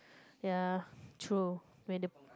ya true when the